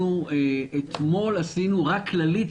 אתמול עשינו, רק כללית,